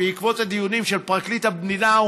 בעקבות הדיונים עם פרקליט המדינה,